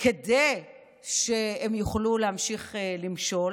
כדי שהם יוכלו להמשיך למשול,